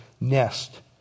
nest